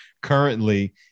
currently